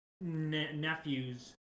nephews